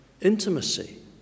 intimacy